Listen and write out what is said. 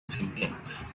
sentence